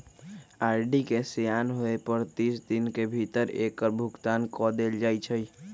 RD के सेयान होय पर तीस दिन के भीतरे एकर भुगतान क देल जाइ छइ